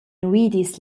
nuidis